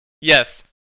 yes